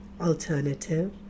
alternative